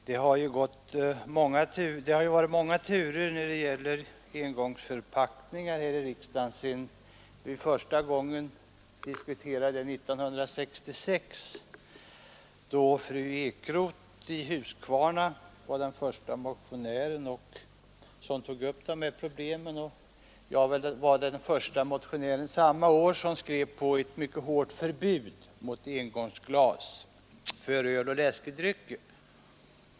Det har varit många turer här i riksdagen när det gäller engångsförpackningar sedan vi första gången diskuterade dem år 1966, då fru Ekroth i Huskvarna var den första motionär som tog upp problemet, och jag samma år var den förste motionär som skrev på ett mycket hårt förbud mot engångsglas för öl och läskedrycker.